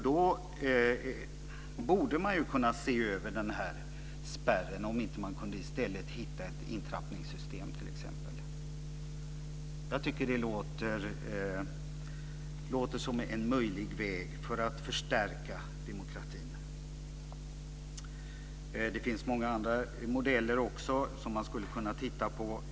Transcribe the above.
Då borde man kunna se över den här spärren och se om man inte i stället kunde hitta t.ex. ett intrappningssystem. Jag tycker att det låter som en möjlig väg för att förstärka demokratin. Det finns många andra modeller som man också skulle kunna titta på.